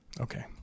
Okay